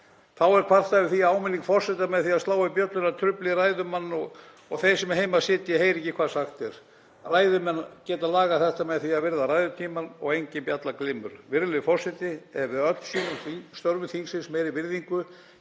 Þá er kvartað yfir því að áminning forseta, með því að slá í bjölluna, trufli ræðumanninn og þeir sem heima sitja heyri ekki hvað sagt er. Ræðumenn geta lagað þetta með því að virða ræðutímann og engin bjalla glymur. Virðulegi forseti. Ef við öll sýnum störfum þingsins meiri virðingu